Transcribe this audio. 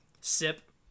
sip